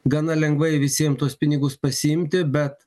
gana lengvai visiem tuos pinigus pasiimti bet